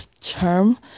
term